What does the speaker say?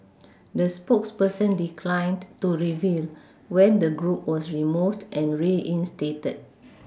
the spokesperson declined to reveal when the group was removed and reinstated